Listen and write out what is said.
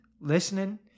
listening